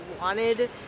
wanted